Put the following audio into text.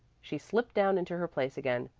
she slipped down into her place again.